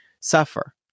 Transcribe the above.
suffer